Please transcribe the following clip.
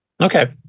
Okay